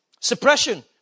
Suppression